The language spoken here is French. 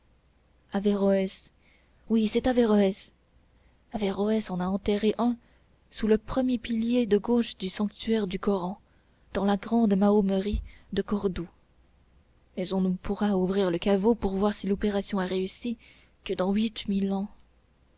oui c'est averroës averroës en a enterré un sous le premier pilier de gauche du sanctuaire du koran dans la grande mahomerie de cordoue mais on ne pourra ouvrir le caveau pour voir si l'opération a réussi que dans huit mille ans